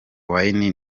wayne